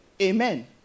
Amen